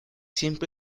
siempre